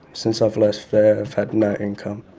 since i've left there, i've had no income.